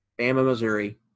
Bama-Missouri